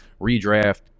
redraft